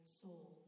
soul